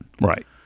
Right